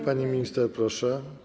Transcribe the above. Pani minister, proszę.